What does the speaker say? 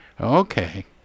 okay